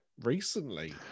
recently